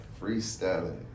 freestyling